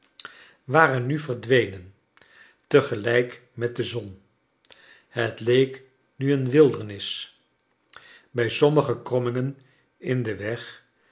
waren nu verdwenen te gelijk met de zon het leek nu een wildernis bij sommige krommingen in den weg